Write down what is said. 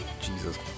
jesus